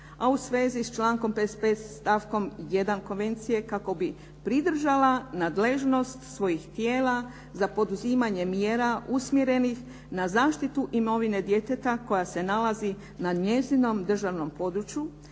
a u svezi s člankom 55. stavkom 1. konvencije kako bi pridržala nadležnost svojih tijela za poduzimanje mjera usmjerenih na zaštitu imovine djeteta koja se nalazi na njezinom državnom području,